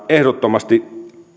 ehdottomasti